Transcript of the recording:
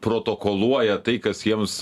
protokoluoja tai kas jiems